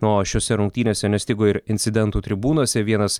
o šiose rungtynėse nestigo ir incidentų tribūnose vienas